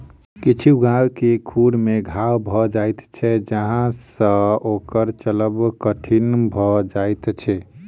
किछु गाय के खुर मे घाओ भ जाइत छै जाहि सँ ओकर चलब कठिन भ जाइत छै